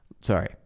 sorry